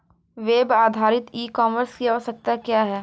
Web आधारित e commerce की आवश्यकता क्या है?